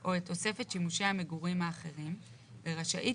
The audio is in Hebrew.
או את תוספת שימושי המגורים האחרים ורשאית